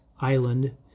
island